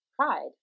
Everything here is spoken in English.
cried